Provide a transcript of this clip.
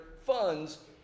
funds